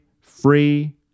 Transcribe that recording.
free